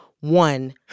One